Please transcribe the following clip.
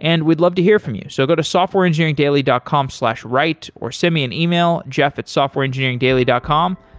and we'd love to hear from you. so go to softwareengineeringdaily dot com slash write send me an email jeff at softwareengineeringdaily dot com.